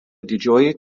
didžioji